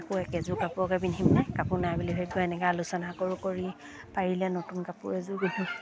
আকৌ একেযোৰ কাপোৰকে পিন্ধিম নে কাপোৰ নাই বুলি ভাবিব সেনেকৈ আলোচনা কৰোঁ কৰি পাৰিলে নতুন কাপোৰ এযোৰ পিন্ধিম